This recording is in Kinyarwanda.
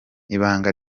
ibanga